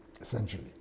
essentially